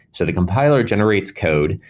so the compiler generates code,